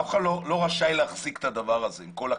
אף אחד לא רשאי להחזיק את הדבר הזה, עם כל הכבוד.